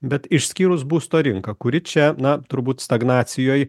bet išskyrus būsto rinką kuri čia na turbūt stagnacijoj